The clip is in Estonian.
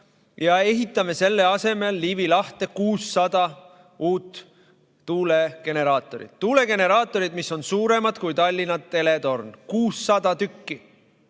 ja ehitame selle asemel Liivi lahte 600 uut tuulegeneraatorit – tuulegeneraatorit, mis on suuremad kui Tallinna teletorn? 600 tükki!